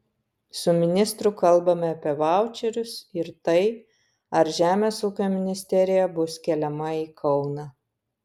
su ministru kalbame apie vaučerius ir tai ar žemės ūkio ministerija bus keliama į kauną